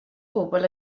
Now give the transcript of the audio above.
bobl